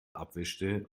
abwischte